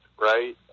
right